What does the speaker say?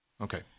Okay